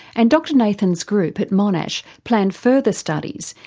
and dr nathan's group at monash plan further studies,